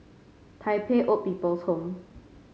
Tai Pei Old People's Home